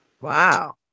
Wow